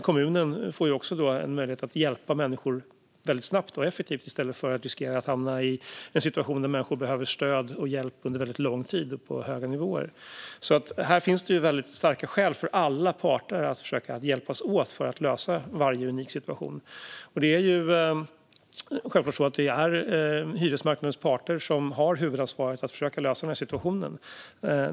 Kommunen får också möjlighet att hjälpa människor snabbt och effektivt i stället för att riskera att hamna i en situation där människor behöver stöd och hjälp under lång tid och på höga nivåer. Här finns alltså starka skäl för alla parter att försöka hjälpas åt för att lösa varje unik situation. Det är självklart hyresmarknadens parter som har huvudansvaret för att försöka lösa situationen.